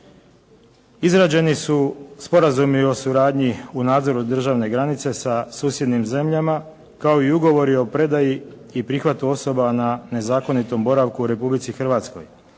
Izrađeni su sporazumi o suradnji u nadzoru državne granice sa susjednim zemljama kao i ugovori o predaji i prihvatu osoba na nezakonitom boravku u Republici Hrvatskoj.